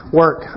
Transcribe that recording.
work